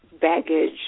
baggage